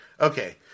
Okay